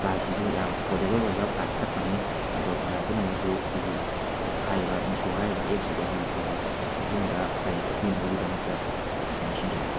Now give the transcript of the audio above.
ꯄ꯭ꯔꯥꯏꯁꯁꯤꯁꯨ ꯌꯥꯝꯅ ꯑꯦꯐꯣꯔꯗꯦꯕꯜ ꯑꯣꯏꯕ ꯄ꯭ꯔꯥꯏꯁꯇ ꯐꯪꯉꯦ ꯑꯗꯣ ꯃꯌꯥꯝ ꯄꯨꯅꯃꯛꯅꯁꯨ ꯑꯩꯈꯣꯏꯒꯤ ꯍꯥꯏꯔꯤꯕ ꯃꯤꯁꯣ ꯍꯥꯏꯔꯤꯕ ꯑꯦꯞꯁꯤꯗꯒꯤ ꯑꯩꯈꯣꯏꯒꯤ ꯃꯇꯨꯡꯗ ꯂꯥꯏꯔꯤꯛ ꯀꯛꯄꯤꯅꯕꯒꯤꯗꯃꯛꯇ ꯑꯩꯈꯣꯏꯒꯤ ꯅꯤꯡꯁꯤꯡꯖꯔꯤ